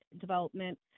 development